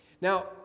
Now